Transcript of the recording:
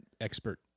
Expert